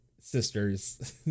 sisters